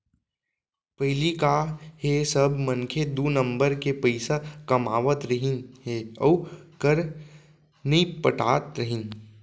पहिली का हे सब मनसे दू नंबर के पइसा कमावत रहिन हे अउ कर नइ पटात रहिन